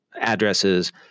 addresses